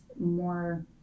more